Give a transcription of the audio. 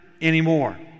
anymore